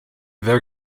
there